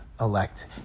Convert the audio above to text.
elect